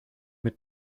mit